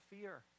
fear